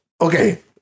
okay